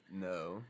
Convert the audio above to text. no